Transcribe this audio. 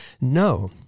no